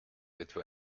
etwa